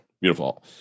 Beautiful